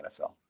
NFL